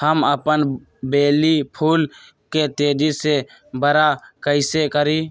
हम अपन बेली फुल के तेज़ी से बरा कईसे करी?